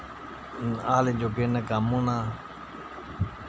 हाले जोगें नै कम्म होना